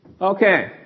Okay